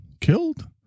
killed